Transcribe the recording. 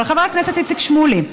אבל חבר הכנסת איציק שמולי,